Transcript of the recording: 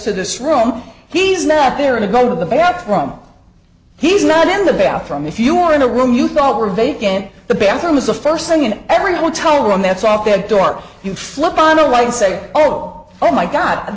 to this room he's nap there to go to the bathroom he's not in the bathroom if you were in a room you thought were vacant the bathroom is the first thing in every hotel room that's off the door you flip on a light say oh my god